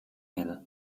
hill